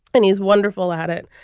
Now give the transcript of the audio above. and he's wonderful at it.